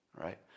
Right